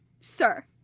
Sir